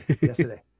yesterday